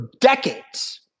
decades